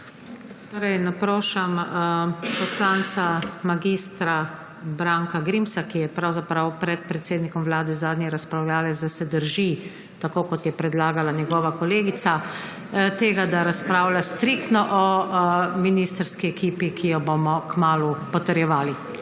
Torej naprošam poslanca mag. Branka Grimsa, ki je pravzaprav pred predsednikom Vlade zadnji razpravljavec, da se drži, tako kot je predlagala njegova kolegica, tega, da razpravlja striktno o ministrski ekipi, ki jo bomo kmalu potrjevali.